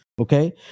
okay